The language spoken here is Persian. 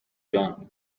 جان